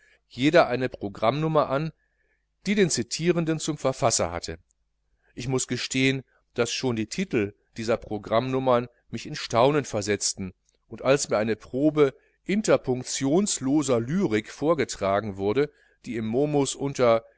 jeder eine programmnummer an die den citierenden zum verfasser hatte ich muß gestehen daß schon die titel dieser programmnummern mich in staunen versetzten und als mir eine probe interpunktionsloser lyrik vorgetragen wurde die im momus unter